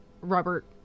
Robert